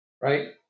right